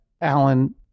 Alan